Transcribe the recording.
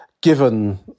Given